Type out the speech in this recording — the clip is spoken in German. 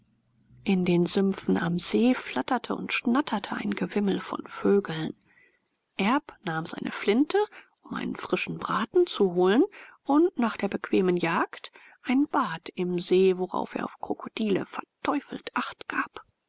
in den sümpfen am see flatterte und schnatterte ein gewimmel von vögeln erb nahm seine flinte um einen frischen braten zu holen und nach der bequemen jagd ein bad im see wobei er auf krokodile verteufelt acht